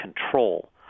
control